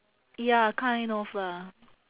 ya kind of lah